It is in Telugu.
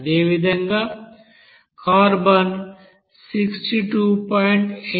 అదేవిధంగా కార్బన్ 62